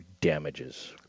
damages